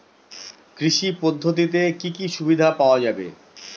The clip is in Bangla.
কৃষি পদ্ধতিতে কি কি সুবিধা পাওয়া যাবে?